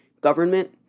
government